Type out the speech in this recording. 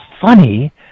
funny